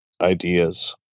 ideas